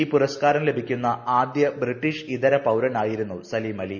ഈ പുരസ്കാരം ലഭിക്കുന്ന ആദ്യ ബ്രിട്ടീഷ് ഇതര പൌര്ന്ട്യിരുന്നു സലിം അലി